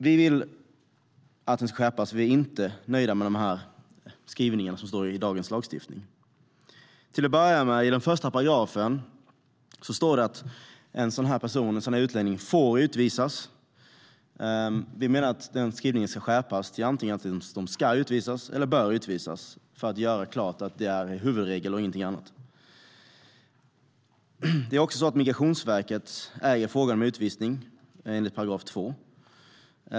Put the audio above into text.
Vi vill att detta ska skärpas. Vi är inte nöjda med skrivningarna i dagens lagstiftning. Till att börja med står det i 1 § att en sådan utlänning får utvisas. Vi menar att skrivningen ska skärpas så att det står att personen antingen ska eller bör utvisas, för att göra klart att det är en huvudregel och ingenting annat. Migrationsverket äger frågan om utvisning, enligt 2 §.